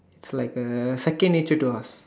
it's like a second nature to us